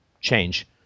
change